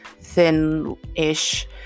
thin-ish